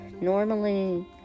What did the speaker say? normally